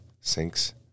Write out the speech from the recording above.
sinks